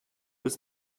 bis